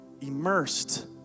immersed